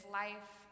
life